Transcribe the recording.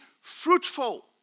fruitful